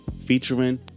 Featuring